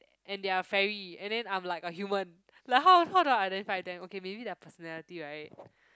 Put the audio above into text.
and they are a fairy and then I'm like a human like how how to identity them okay maybe their personality right